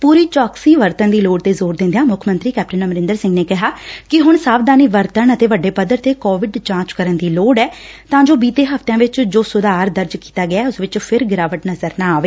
ਪੁਰੀ ਚੌਕਸੀ ਵਰਤਣ ਦੀ ਲੋੜ ਤੇ ਜੋਰ ਦਿੰਦਿਆ ਮੁੱਖ ਮੰਤਰੀ ਨੇ ਕਿਹੈ ਕਿ ਹੁਣ ਸਾਵਧਾਨੀ ਵਰਤਣ ਅਤੇ ਵੱਡੇ ਪੱਧਰ ਤੇ ਕੋਵਿਡ ਜਾਂਚ ਕਰਨ ਦੀ ਲੋੜ ਐ ਤਾਂ ਜੋ ਬੀਤੇ ਹਫ਼ਤਿਆਂ ਵਿਚ ਜੋ ਸੁਧਾਰ ਦਰਜ ਕੀਤਾ ਗੈ ਉਸ ਵਿਚ ਫਿਰ ਗਿਰਾਵਟ ਨਜ਼ਰ ਨਾ ਆਵੇ